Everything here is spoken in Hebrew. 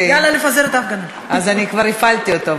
אני כבר הפעלתי אותו.